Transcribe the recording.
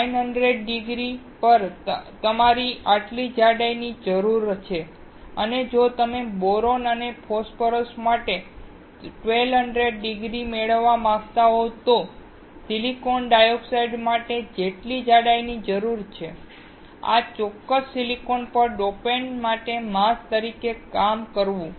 900 degree પર તમારે આટલી જાડાઈની જરૂર છે અને જો તમે બોરોન અને ફોસ્ફરસ માટે 1200 ડિગ્રી મેળવવા માંગતા હો તો સિલિકોન ડાયોક્સાઇડ માટે કેટલી જાડાઈ જરૂરી છે આ ચોક્કસ સિલિકોન પર ડોપન્ટ માટે માસ્ક તરીકે કામ કરવું